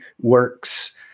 works